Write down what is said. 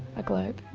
a globe.